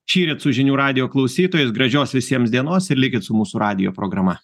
šįryt su žinių radijo klausytojais gražios visiems dienos ir likit su mūsų radijo programa